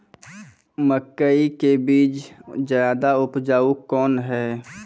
मकई के बीज ज्यादा उपजाऊ कौन है?